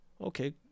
okay